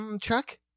Chuck